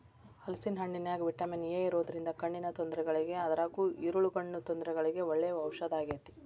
ಹಲೇಸಿನ ಹಣ್ಣಿನ್ಯಾಗ vitamin A ಇರೋದ್ರಿಂದ ಕಣ್ಣಿನ ತೊಂದರೆಗಳಿಗೆ ಅದ್ರಗೂ ಇರುಳುಗಣ್ಣು ತೊಂದರೆಗಳಿಗೆ ಒಳ್ಳೆ ಔಷದಾಗೇತಿ